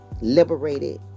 liberated